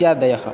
इत्यादयः